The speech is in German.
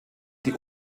die